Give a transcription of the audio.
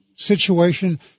situation